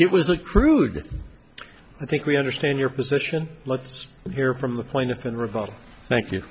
it was a crude i think we understand your position let's hear from the plaintiff in a revote thank